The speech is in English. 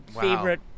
favorite